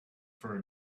for